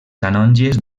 canonges